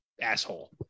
asshole